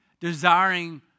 Desiring